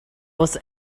was